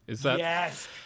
yes